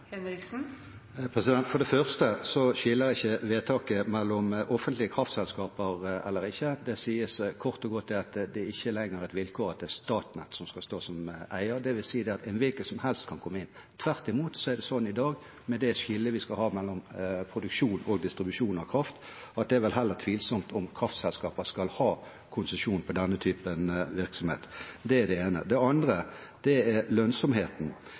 For det første skiller ikke vedtaket mellom offentlige kraftselskaper og ikke. Det sies kort og godt at det ikke lenger er et vilkår at det er Statnett som skal stå som eier, dvs. at hvem som helst kan komme inn. Tvert imot, med det skillet vi skal ha i dag mellom produksjon og distribusjon av kraft, er det heller tvilsomt om kraftselskaper skal få konsesjon på denne type virksomhet. Det var det ene. Det andre er lønnsomheten, der det er